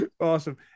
awesome